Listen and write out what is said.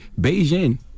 Beijing